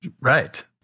Right